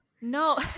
No